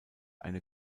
eine